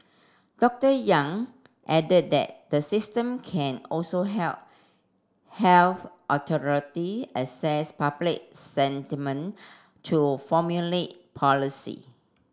Doctor Yang added that the system can also help health authority assess public sentiment to formulate policy